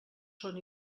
són